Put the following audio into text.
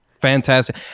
Fantastic